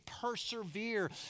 persevere